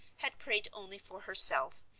had prayed only for herself,